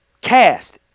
cast